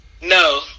No